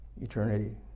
Eternity